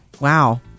Wow